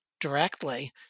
directly